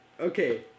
okay